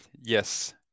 yes